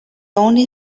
only